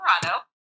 Colorado